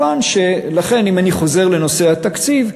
לכן, אם אני חוזר לנושא התקציב,